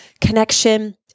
connection